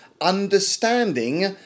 understanding